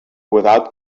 without